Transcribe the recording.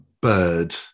Bird